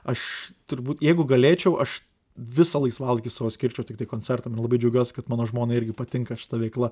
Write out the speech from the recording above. aš turbūt jeigu galėčiau aš visą laisvalaikį savo skirčiau tiktai koncertam ir labai džiaugiuos kad mano žmonai irgi patinka šita veikla